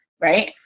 right